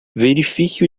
verifique